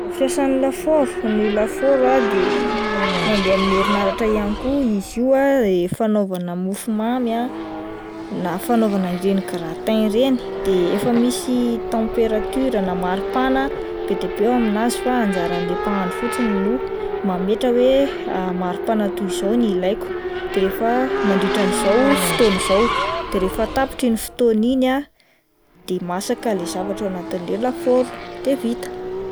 Fomba fiasan'ny lafaoro, ny lafaoro ah de mandeha amin'ny herinaratra ihany koa, izy io ah de fanaovana mofomamy na fanaovana ireny gratin ireny, de efa misy temperature na mari-pana be dia be eo aminazy fa anjaran'le mpahandro fotsiny no mametra hoe mari-pana toy izao no ilaiko de rehefa mandritran'izao fotoana izao, de rehefa tapitra iny fotoana iny ah de masaka ilay zavatra ao anatin'ilay lafaoro de vita.